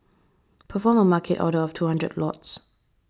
perform a Market order of two hundred lots